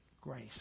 grace